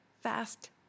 fast